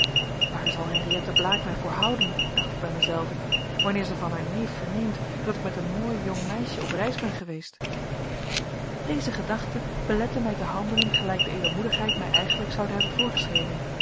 waar zal henriëtte blaek mij voor houden dacht ik bij mijzelven wanneer zij van haar neef verneemt dat ik met een mooi jong meisje op reis ben geweest deze gedachte belette mij te handelen gelijk de edelmoedigheid mij eigenlijk zoude hebben voorgeschreven